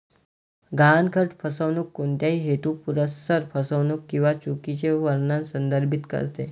गहाणखत फसवणूक कोणत्याही हेतुपुरस्सर फसवणूक किंवा चुकीचे वर्णन संदर्भित करते